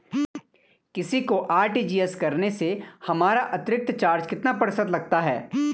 किसी को आर.टी.जी.एस करने से हमारा अतिरिक्त चार्ज कितने प्रतिशत लगता है?